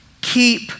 Keep